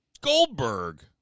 Goldberg